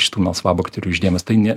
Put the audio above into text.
šitų melsvabakterių žydėjimas tai ne